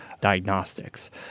diagnostics